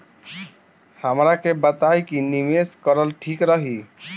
हमरा के बताई की निवेश करल ठीक रही?